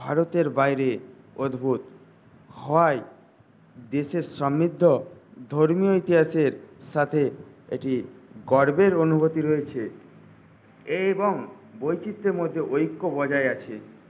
ভারতের বাইরে অদ্ভুত হওয়ায় দেশের সমৃদ্ধ ধর্মীয় ইতিহাসের সঙ্গে একটি গর্বের অনুভূতি রয়েছে এবং বৈচিত্র্যের মধ্যে ঐক্য বজায় আছে